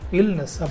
illness